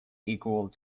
equal